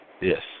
Yes